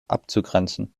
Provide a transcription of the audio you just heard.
abzugrenzen